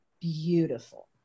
beautiful